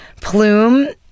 Plume